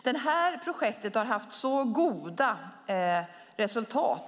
Detta projekt har haft goda resultat.